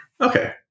Okay